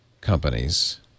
companies